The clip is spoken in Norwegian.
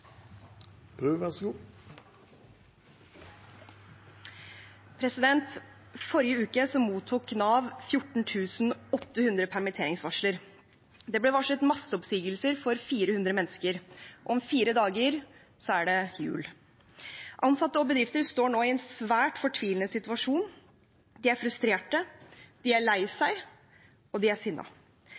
Forrige uke mottok Nav 14 800 permitteringsvarsler. Det ble varslet masseoppsigelser for 400 mennesker. Om fire dager er det jul. Ansatte og bedrifter står nå i en svært fortvilende situasjon. De er frustrerte, de er lei seg, og de er